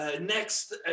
Next